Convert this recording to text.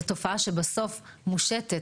זאת תופעה שבסוף מושתת,